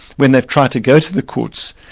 when they've tried to go to the courts,